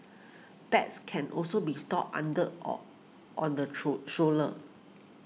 bags can also be stored under or on the true show la